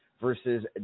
versus